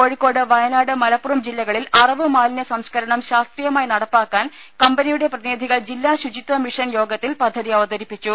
Kozhikode Wayanad Malappuram ജില്ലകളിൽ അറവുമാലിന്യ സംസ്കരണം ശാസ്ത്രീയമായി നട പ്പാക്കാൻ കമ്പനിയുടെ പ്രതിനിധികൾ ജില്ലാ ശുചിത്വ മിഷൻ യോഗ ത്തിൽ പദ്ധതി അവതരി പ്പി ച്ചു